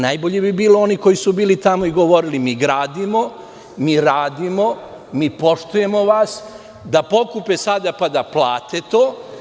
Najbolje bi bilo da oni koji su bili tamo i govorili – mi gradimo, mi radimo, mi poštujemo vas, da pokupe sada pa da plate to.